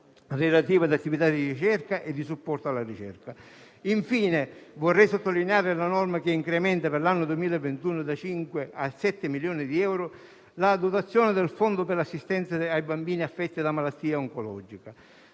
relativi ad attività di ricerca e di supporto alla ricerca. Infine, vorrei sottolineare la norma che incrementa per l'anno 2021 da 5 a 7 milioni di euro la dotazione del Fondo per l'assistenza ai bambini affetti da malattia oncologica.